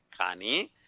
Kani